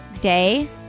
day